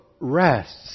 rests